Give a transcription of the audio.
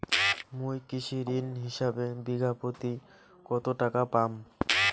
মুই কৃষি ঋণ হিসাবে বিঘা প্রতি কতো টাকা পাম?